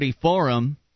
forum